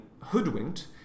hoodwinked